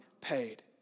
paid